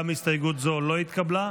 גם הסתייגות זו לא התקבלה.